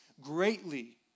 greatly